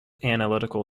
analytical